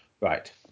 Right